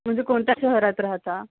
म्हणजे कोणत्या शहरात राहता